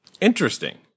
Interesting